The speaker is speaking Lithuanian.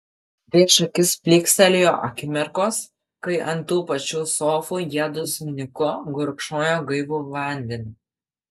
prieš akis plykstelėjo akimirkos kai ant tų pačių sofų jiedu su niku gurkšnojo gaivų vandenį